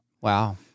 Wow